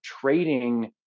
trading